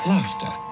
Laughter